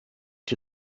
die